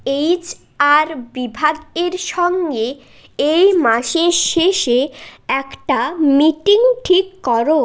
H R বিভাগের সঙ্গে এই মাসের শেষে একটা মিটিং ঠিক করো